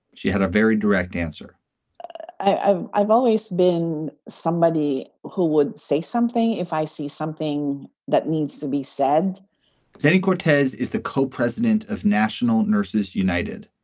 she had a very direct answer i've i've always been somebody who would say something if i see something that needs to be said jenny cortez is the co-president of national nurses united,